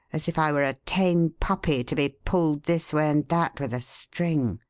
as if i were a tame puppy to be pulled this way and that with a string.